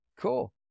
Cool